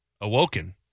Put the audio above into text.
awoken